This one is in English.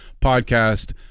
podcast